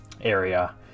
area